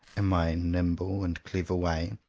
in my nimble and clever way,